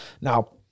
Now